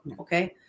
Okay